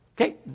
Okay